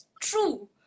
true